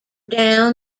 down